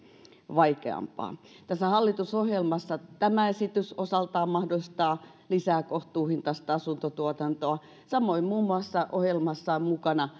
vaikeampaa tässä hallitusohjelmassa tämä esitys osaltaan mahdollistaa lisää kohtuuhintaista asuntotuotantoa samoin ohjelmassa on mukana